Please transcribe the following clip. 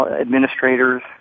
administrators